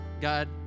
God